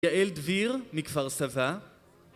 יעל דביר, מכפר סבא